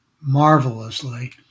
marvelously